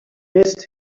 missed